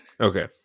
Okay